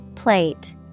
Plate